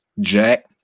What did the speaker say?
Jack